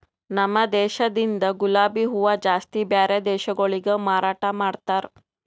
ನಮ ದೇಶದಿಂದ್ ಗುಲಾಬಿ ಹೂವ ಜಾಸ್ತಿ ಬ್ಯಾರೆ ದೇಶಗೊಳಿಗೆ ಮಾರಾಟ ಮಾಡ್ತಾರ್